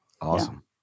awesome